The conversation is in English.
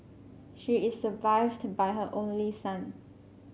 she is survived by her only son